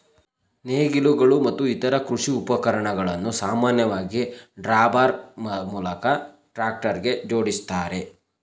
ನೇಗಿಲುಗಳು ಮತ್ತು ಇತರ ಕೃಷಿ ಉಪಕರಣಗಳನ್ನು ಸಾಮಾನ್ಯವಾಗಿ ಡ್ರಾಬಾರ್ ಮೂಲಕ ಟ್ರಾಕ್ಟರ್ಗೆ ಜೋಡಿಸ್ತಾರೆ